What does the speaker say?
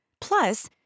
plus